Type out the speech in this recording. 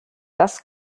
das